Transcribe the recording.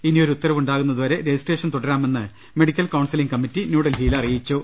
ഇനിയൊരു ഉത്തരവുണ്ടാകു ന്നതുവരെ രജിസ്ട്രേഷൻ തുടരാമെന്ന് മെഡിക്കൽ കൌൺസ ലിങ് കമ്മിറ്റി ന്യൂഡൽഹിയിൽ അറിയിച്ചു